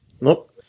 Nope